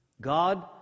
God